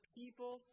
people